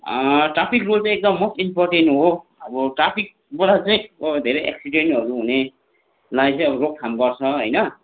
traffic rule चाहिँ एकदम most important हो अब ट्राफिकबाट चाहिँ धेरै एक्सि़डेन्टहरू हुनेलाई चाहिँ अब रोकथाम गर्छ होइन